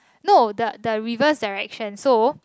no the the reverse direction so